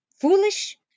Foolish